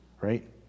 right